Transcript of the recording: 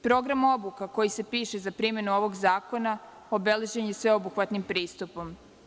Program obuka, koji se piše za primenu ovog zakona, obeležen je sveobuhvatnim pristupom.